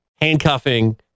handcuffing